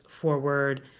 forward